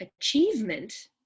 achievement